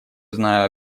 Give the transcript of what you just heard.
знаю